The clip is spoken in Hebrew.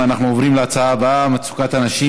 אנחנו עוברים להצעה הבאה: מצוקת הנשים